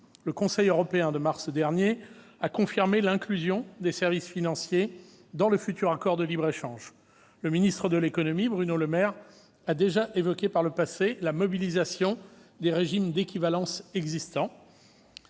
Le Conseil européen de mars dernier a confirmé l'inclusion des services financiers dans le futur accord de libre-échange. Le ministre de l'économie et des finances, Bruno Le Maire, a déjà évoqué par le passé la mobilisation des régimes d'équivalence existants.